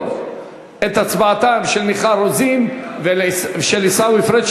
את הצבעתם של מיכל רוזין ושל עיסאווי פריג',